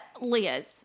Liz